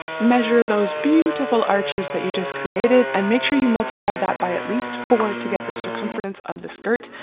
measure those beautiful arches that you just created and make sure you multiply that by at least four to get the circumference of the skirt.